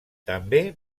també